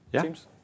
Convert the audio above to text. teams